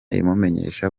imumenyesha